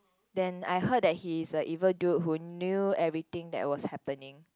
then I heard the he is a evil dude who knew everything that was happening